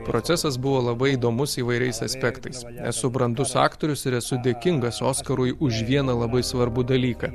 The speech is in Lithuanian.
procesas buvo labai įdomus įvairiais aspektais esu brandus aktorius ir esu dėkingas oskarui už vieną labai svarbų dalyką